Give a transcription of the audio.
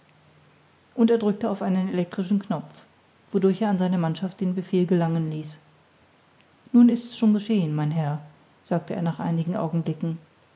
und er drückte auf einen elektrischen knopf wodurch er an seine mannschaft den befehl gelangen ließ nun ist's schon geschehen mein herr sagte er nach einigen augenblicken